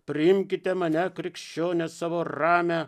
priimkite mane krikščionis savo ramią